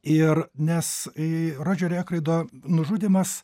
ir nes į rodžerio ekroido nužudymas